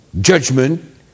judgment